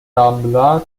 رامبلا